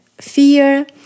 fear